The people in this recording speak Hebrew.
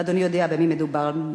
אדוני יודע במי מדובר.